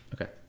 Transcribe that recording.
okay